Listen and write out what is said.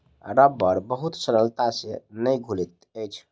रबड़ बहुत सरलता से नै घुलैत अछि